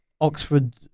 Oxford